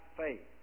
faith